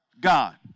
God